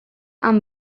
amb